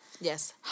Yes